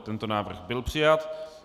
Tento návrh byl přijat.